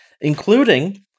including